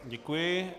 Děkuji.